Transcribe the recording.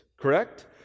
Correct